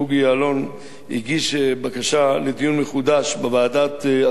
הגיש בקשה לדיון מחודש בוועדת השרים לענייני חקיקה,